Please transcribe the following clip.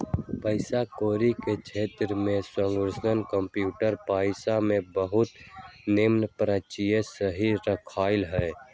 पइसा कौरी के क्षेत्र में संगणकीय कंप्यूटरी पइसा के बहुते निम्मन परिचय सेहो रहलइ ह